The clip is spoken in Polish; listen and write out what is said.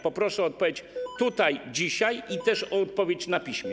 Poproszę o odpowiedź tutaj, dzisiaj i też o odpowiedź na piśmie.